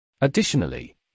Additionally